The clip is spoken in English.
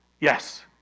yes